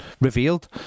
revealed